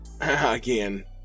again